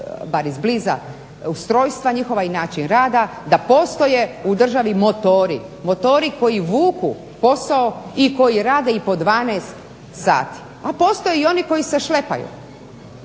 bar iz bliza ustrojstva njihova i način rada da postoje u državi motori, motori koji vuku posao i koji rade i po 12 sati. A postoje i oni koji se šlepaju.